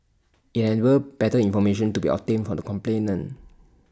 IT enables better information to be obtained from the complainant